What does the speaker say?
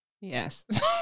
Yes